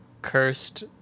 cursed